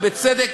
ובצדק,